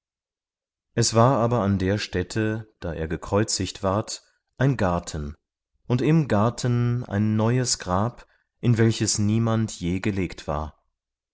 es war aber an der stätte da er gekreuzigt ward ein garten und im garten ein neues grab in welches niemand je gelegt war